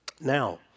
Now